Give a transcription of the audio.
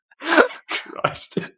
Christ